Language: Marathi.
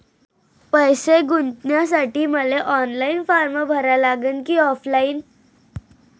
पैसे गुंतन्यासाठी मले ऑनलाईन फारम भरा लागन की ऑफलाईन?